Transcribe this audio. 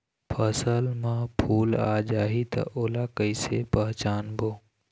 फसल म फूल आ जाही त ओला कइसे पहचानबो?